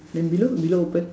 then below below open